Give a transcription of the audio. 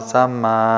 Sama